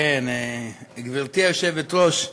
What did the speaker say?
גברתי היושבת-ראש,